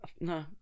no